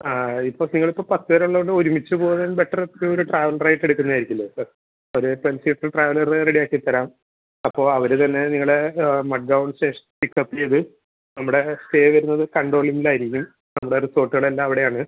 ഇപ്പം നിങ്ങൾ ഇപ്പം പത്ത് പേർ ഉള്ളതുകൊണ്ട് ഒരുമിച്ച് പോരാൻ ബെറ്റർ ഒരു ട്രാവലർ ആയിട്ട് എടുക്കുന്നതായിരിക്കില്ലേ ഒരു ടെൻ സീറ്റർ ട്രാവലർ റെഡി ആക്കിത്തരാം അപ്പം അവർ തന്നെ നിങ്ങളെ മഡ്ഗൗൺ സ്റ്റേഷൻ പിക്കപ്പ് ചെയ്ത് നമ്മുടെ സ്റ്റേ വരുന്നത് കണ്ടോലിമിലായിരിക്കും നമ്മുടെ റിസോർട്ടുകൾ എല്ലാം അവിടെയാണ്